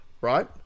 Right